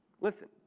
listen